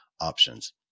options